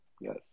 yes